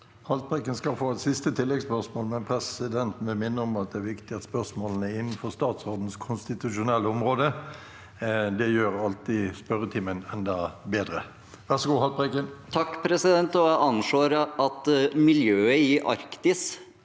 Haltbrek- ken skal få et siste oppfølgingsspørsmål, men presidenten vil minne om at det er viktig at spørsmålene er innenfor statsrådens konstitusjonelle område. Det gjør alltid spørretimen enda bedre. Lars Haltbrekken (SV) Jeg anslår at mil- jøet i Arktis